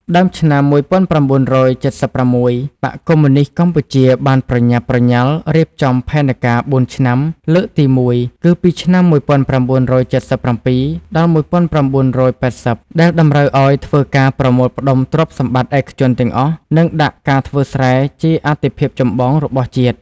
ដើមឆ្នាំ១៩៧៦ បក្សកុម្មុយនីស្តកម្ពុជាបានប្រញាប់ ប្រញាល់រៀបចំផែនការបួនឆ្នាំលើកទីមួយ គឺពីឆ្នាំ ១៩៧៧-១៩៨០ ដែលតម្រូវឱ្យធ្វើការប្រមូលផ្តុំព្រទ្យសម្បត្តិឯកជនទាំងអស់ និងដាក់ការធ្វើស្រែជាអាទិភាពចម្បងរបស់ជាតិ។